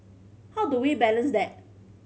how do we balance that